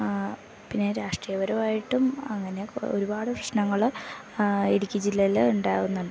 ആ പിന്നെ രാഷ്ട്രീയപരമായിട്ടും അങ്ങനെ ഒരുപാട് പ്രശ്നങ്ങൾ ഇടുക്കി ജില്ലയിൽ ഉണ്ടാവുന്നുണ്ട്